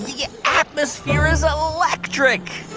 the yeah atmosphere is electric